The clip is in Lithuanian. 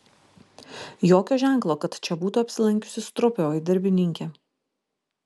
jokio ženklo kad čia būtų apsilankiusi stropioji darbininkė